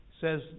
says